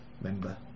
member